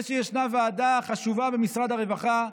זה שישנה ועדה חשובה במשרד הרווחה,